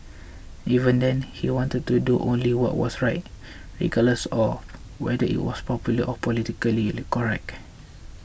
even then he wanted to do only what was right regardless of whether it was popular or politically correct